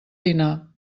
dinar